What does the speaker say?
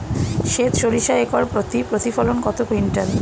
সেত সরিষা একর প্রতি প্রতিফলন কত কুইন্টাল?